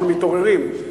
אנחנו מתעוררים.